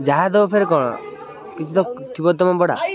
ଯାହା ଦେବ ଫେରେ କ'ଣ କିଛି ତ ଥିବ ତୁମ ଭଡ଼ା